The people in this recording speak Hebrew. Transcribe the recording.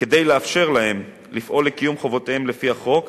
כדי לאפשר להם לפעול לקיום חובותיהם לפי החוק,